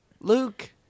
luke